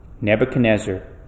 Nebuchadnezzar